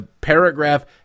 paragraph